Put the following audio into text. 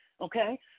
okay